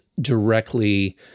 directly